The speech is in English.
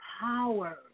power